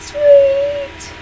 Sweet